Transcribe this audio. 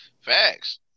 Facts